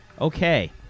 Okay